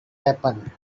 happen